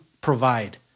provide